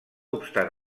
obstant